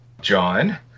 John